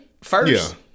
first